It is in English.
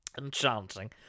Enchanting